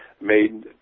made